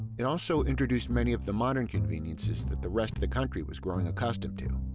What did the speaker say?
it also introduced many of the modern conveniences that the rest of the country was growing accustomed to.